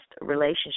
relationship